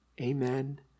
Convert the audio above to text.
Amen